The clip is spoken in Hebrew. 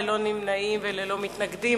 ללא נמנעים וללא מתנגדים,